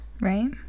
right